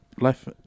life